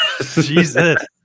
Jesus